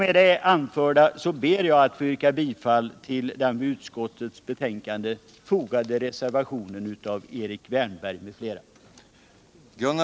Med det anförda ber jag att få yrka bifall till den vid utskottets betänkande fogade reservationen av Erik Wärnberg m.fl.